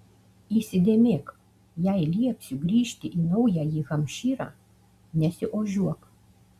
įsidėmėk jei liepsiu grįžti į naująjį hampšyrą nesiožiuok